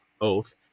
oath